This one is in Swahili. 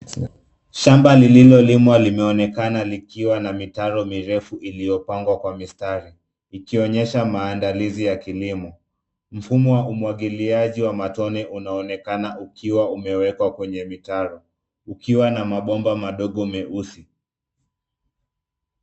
Shamba lililolimwa limeonekana likiwa na mitaro mirefu iliyopangwa kwa mistari ikionyesha maandalizi ya kilimo. Mfumo wa umwangiliaji wa matone unaonekana ukiwa imewekwa kwenye mitaro ukiwa na mabomba madogo meusi.